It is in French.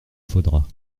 faudra